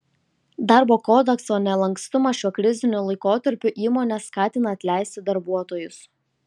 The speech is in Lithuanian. darbo kodekso nelankstumas šiuo kriziniu laikotarpiu įmones skatina atleisti darbuotojus